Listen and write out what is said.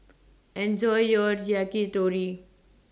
Enjoy your Yakitori